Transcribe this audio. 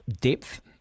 depth